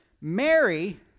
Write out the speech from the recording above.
Mary